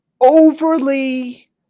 overly